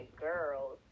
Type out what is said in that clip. girls